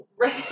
Right